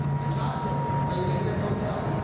you toss it or you leave it at the hotel.